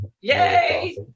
Yay